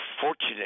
fortunate